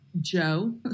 Joe